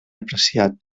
apreciat